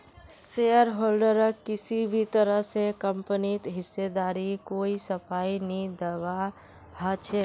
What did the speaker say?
शेयरहोल्डरक किसी भी तरह स कम्पनीत हिस्सेदारीर कोई सफाई नी दीबा ह छेक